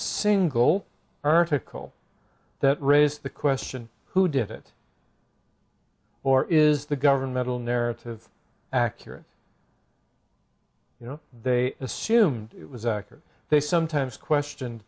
single article that raised the question who did it or is the governmental narrative accurate you know they assumed it was accurate they sometimes question